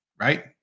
Right